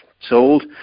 Sold